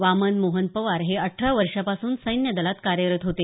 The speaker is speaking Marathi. वामन मोहन पवार हे अठरा वर्षांपासून सैन्यदलात कार्यरत होते